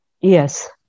Yes